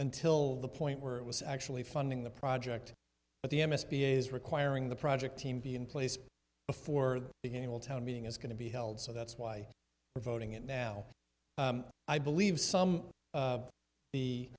until the point where it was actually funding the project but the m s p is requiring the project team be in place before the big game will town meeting is going to be held so that's why we're voting it now i believe some of the